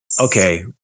Okay